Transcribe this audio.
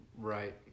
Right